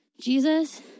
Jesus